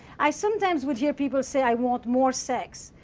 i sometimes would hear people say, i want more sex,